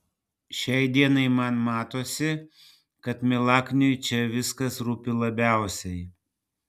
šiai dienai man matosi kad milakniui čia viskas rūpi labiausiai